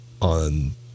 on